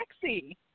sexy